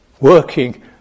working